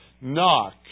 Knock